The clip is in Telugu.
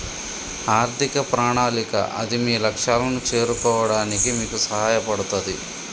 ఆర్థిక ప్రణాళిక అది మీ లక్ష్యాలను చేరుకోవడానికి మీకు సహాయపడతది